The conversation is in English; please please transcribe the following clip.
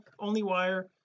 onlywire